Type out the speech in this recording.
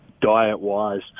diet-wise